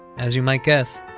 as you might guess,